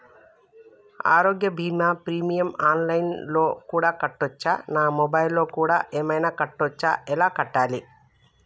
ఆరోగ్య బీమా premium online లో కూడా కట్టచ్చా? నా మొబైల్లో కూడా ఏమైనా కట్టొచ్చా? ఎలా కట్టాలి?